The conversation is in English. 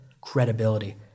credibility